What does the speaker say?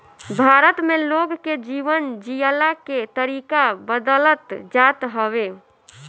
भारत में लोग के जीवन जियला के तरीका बदलत जात हवे